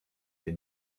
się